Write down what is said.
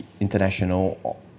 international